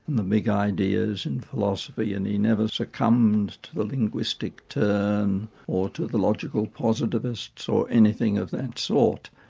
and the big ideas in philosophy and he never succumbed to the linguistic turn or to the logical positivists or anything of that sort.